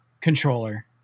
controller